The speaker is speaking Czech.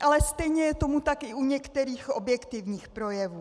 Ale stejně je tomu tak u některých objektivních projevů.